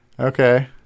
Okay